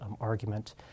argument